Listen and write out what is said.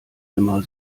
immer